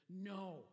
No